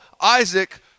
Isaac